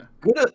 Good